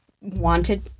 wanted